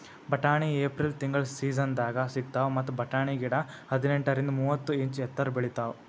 ಬಟಾಣಿ ಏಪ್ರಿಲ್ ತಿಂಗಳ್ ಸೀಸನ್ದಾಗ್ ಸಿಗ್ತಾವ್ ಮತ್ತ್ ಬಟಾಣಿ ಗಿಡ ಹದಿನೆಂಟರಿಂದ್ ಮೂವತ್ತ್ ಇಂಚ್ ಎತ್ತರ್ ಬೆಳಿತಾವ್